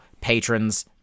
patrons